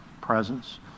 presence